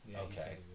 Okay